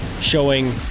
showing